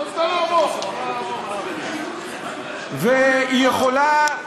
והיא יכולה,